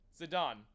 Zidane